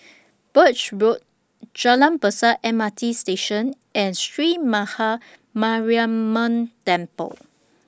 Birch Road Jalan Besar M R T Station and Sree Maha Mariamman Temple